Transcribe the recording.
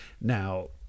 Now